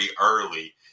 early